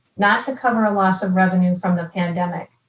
not to cover a loss of revenue from the pandemic.